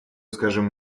скажем